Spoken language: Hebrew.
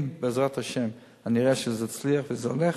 אם, בעזרת השם, אני אראה שזה מצליח וזה הולך,